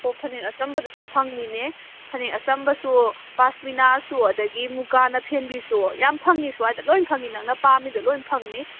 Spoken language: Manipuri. ꯍꯣ ꯐꯅꯦꯛ ꯑꯆꯝꯕꯗꯨꯁꯨ ꯐꯪꯅꯤꯅꯦ ꯐꯅꯦꯛ ꯑꯆꯝꯕꯁꯨ ꯄꯥꯁꯃꯤꯅꯥꯁꯨ ꯑꯗꯨꯗꯒꯤ ꯃꯨꯀꯥꯅ ꯐꯦꯟꯕꯤꯁꯨ ꯌꯥꯝ ꯐꯪꯏ ꯁ꯭ꯋꯥꯏꯗ ꯂꯣꯏꯅ ꯐꯪꯏ ꯅꯪꯅ ꯄꯥꯝꯃꯤꯗꯣ ꯂꯣꯏꯅ ꯐꯪꯅꯤ